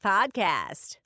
Podcast